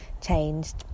changed